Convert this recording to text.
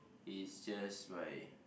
it's just by